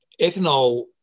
ethanol